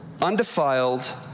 undefiled